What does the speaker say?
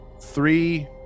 three